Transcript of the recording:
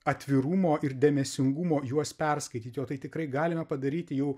atvirumo ir dėmesingumo juos perskaityti o tai tikrai galime padaryti jau